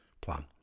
plan